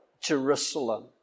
Jerusalem